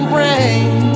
rain